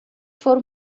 foram